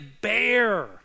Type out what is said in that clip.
bear